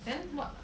then what